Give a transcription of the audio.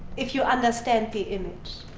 if you understand the image.